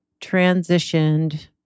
transitioned